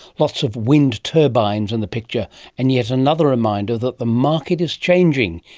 lots of wind turbines in the picture and yet another reminder that the market is changing,